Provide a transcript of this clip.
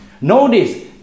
Notice